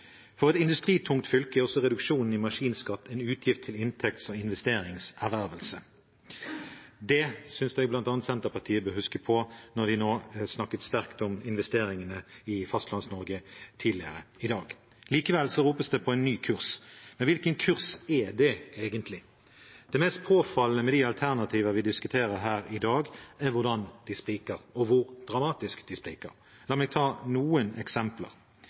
For et industritungt fylke er også reduksjonen i maskinskatt en utgift til inntekts- og investeringservervelse. Det synes jeg bl.a. Senterpartiet bør huske på når de snakket sterkt om investeringene i Fastlands-Norge tidligere i dag. Likevel ropes det på en ny kurs, men hvilken kurs er det egentlig? Det mest påfallende med de alternativer vi diskuterer her i dag, er hvordan de spriker, og hvor dramatisk de spriker. La meg ta noen eksempler.